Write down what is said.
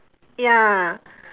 ya